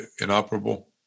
inoperable